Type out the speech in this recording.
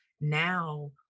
Now